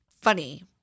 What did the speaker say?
funny